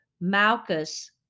Malchus